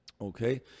Okay